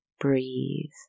Breathe